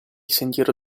sentiero